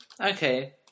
okay